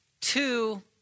two